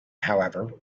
however